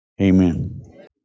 Amen